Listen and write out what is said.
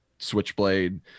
Switchblade